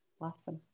Awesome